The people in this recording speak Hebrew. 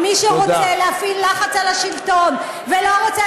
מי שרוצה להפעיל לחץ על השלטון ולא רוצה